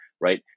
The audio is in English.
Right